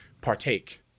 partake